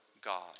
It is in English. God